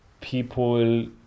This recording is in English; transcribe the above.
people